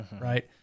right